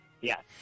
Yes